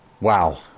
Wow